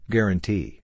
Guarantee